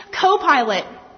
co-pilot